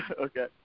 Okay